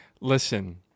listen